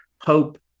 hope